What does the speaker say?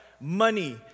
money